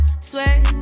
swear